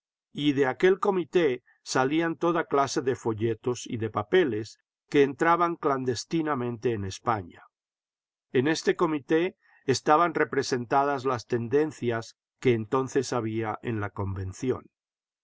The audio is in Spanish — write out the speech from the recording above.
y de aquel comité salían toda clase de folletos y de papeles que entraban clandestinamente en españa en este comité estaban representadas las tendencias que entonces había en la convención